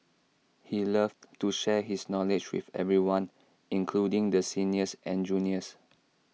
he loved to share his knowledge with everyone including the seniors and juniors